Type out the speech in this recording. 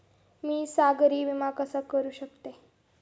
मी सागरी विमा कसा करू शकतो?